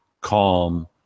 calm